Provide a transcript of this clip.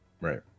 Right